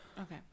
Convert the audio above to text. Okay